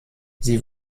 sie